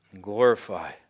glorify